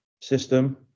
system